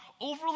overly